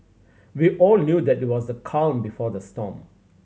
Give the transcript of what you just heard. we all knew that it was the calm before the storm